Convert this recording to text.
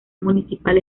municipal